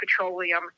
petroleum